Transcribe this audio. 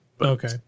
Okay